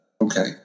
Okay